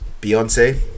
Beyonce